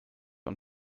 und